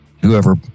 Whoever